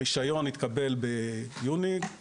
הרישיון התקבל ביוני.